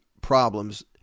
problems